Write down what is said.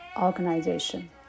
organization